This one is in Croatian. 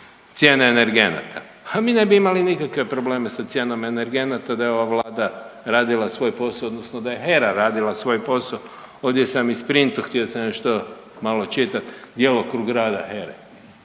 cijene energenata, a mi ne bi imali nikakve probleme sa cijenom energenata da je ova vlada radila svoj posao odnosno da je HERA radila svoj posao. Ovdje sam isprintao, htio sam nešto malo čitat djelokrug rada